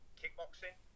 kickboxing